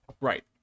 Right